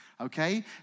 okay